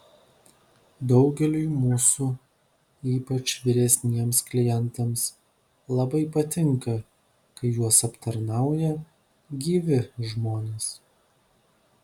daugeliui mūsų ypač vyresniems klientams labai patinka kai juos aptarnauja gyvi žmonės